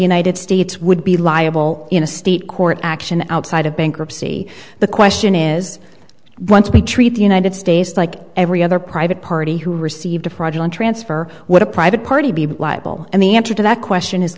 united states would be liable in a state court action outside of bankruptcy the question is once we treat the united states like every other private party who received a project on transfer would a private party be liable and the answer to that question is